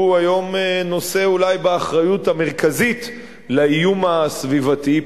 שהוא היום נושא אולי באחריות המרכזית לאיום הסביבתי,